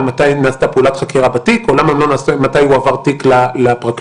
מתי נעשתה פעולת חקירה בתיק או מתי הועבר תיק לפרקליט.